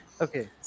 Okay